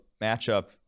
matchup